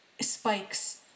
Spike's